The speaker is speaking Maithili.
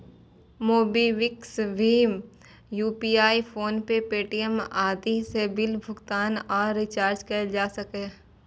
मोबीक्विक, भीम यू.पी.आई, फोनपे, पे.टी.एम आदि सं बिल भुगतान आ रिचार्ज कैल जा सकैए